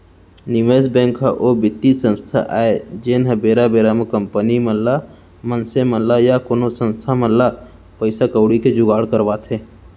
निवेस बेंक ह ओ बित्तीय संस्था आय जेनहा बेरा बेरा म कंपनी मन ल मनसे मन ल या कोनो संस्था मन ल पइसा कउड़ी के जुगाड़ करवाथे